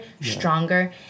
stronger